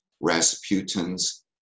Rasputin's